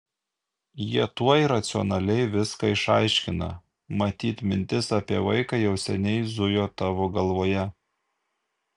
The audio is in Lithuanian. jie tuoj racionaliai viską išaiškina matyt mintis apie vaiką jau seniai zujo tavo galvoje